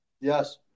Yes